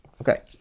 okay